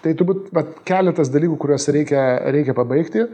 tai turbūt vat keletas dalykų kuriuos reikia reikia pabaigti